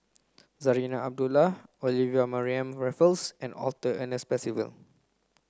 Zarinah Abdullah Olivia Mariamne Raffles and Arthur Ernest Percival